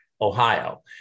Ohio